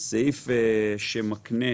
סעיף שמקנה